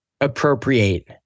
appropriate